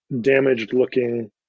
damaged-looking